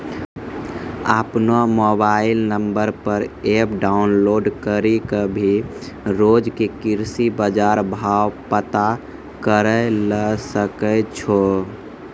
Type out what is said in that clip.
आपनो mobile number पर app download करी कॅ भी रोज के कृषि बाजार भाव पता करै ल सकै छो